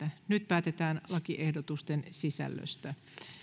nyt päätetään lakiehdotuksen sisällöstä